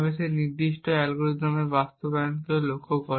তবে সেই নির্দিষ্ট অ্যালগরিদমের বাস্তবায়নকেও লক্ষ্য করে